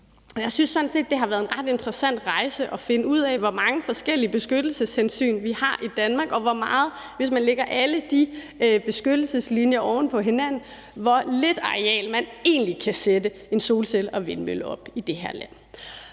jeg synes sådan set, det har været en ret interessant rejse at finde ud af, hvor mange forskellige beskyttelseshensyn vi har i Danmark, og hvor lidt areal man, hvis man lægger alle de beskyttelseslinjer oven på hinanden, egentlig kan sætte en solcelle og en vindmølle op på i det her land.